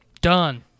Done